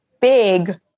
big